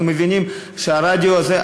אנחנו מבינים שהרדיו הזה,